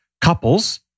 couples